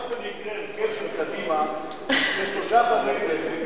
תפסת במקרה הרכב של קדימה של שלושה חברי כנסת,